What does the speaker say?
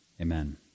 amen